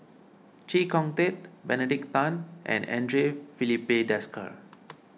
Chee Kong Tet Benedict Tan and andre Filipe Desker